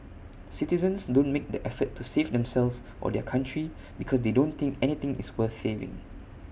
citizens don't make the effort to save themselves or their country because they don't think anything is worth saving